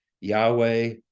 Yahweh